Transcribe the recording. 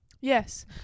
Yes